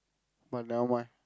but nevermind